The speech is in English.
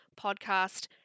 podcast